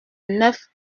neuf